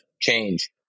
change